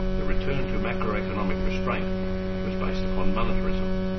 the return to macroeconomic restraint was based upon monetarism.